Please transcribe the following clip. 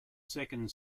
second